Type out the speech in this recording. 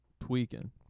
tweaking